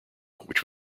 which